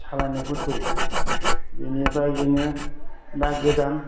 सालायनायफोरखौ बेनिफ्राय जोङो दा गोदान